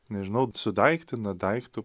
nežinau sudaiktina daiktu